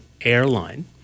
airline